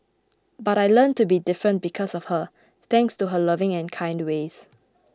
but I learnt to be different because of her thanks to her loving and kind ways